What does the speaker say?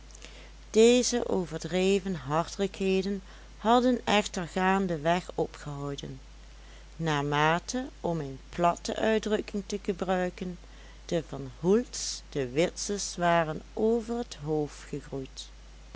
deze overdreven hartelijkheden hadden echter gaandeweg opgehouden naarmate om een platte uitdrukking te gebruiken de van hoels de witses waren over het hoofd gegroeid